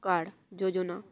card Yojana